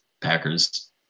Packers